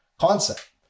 concept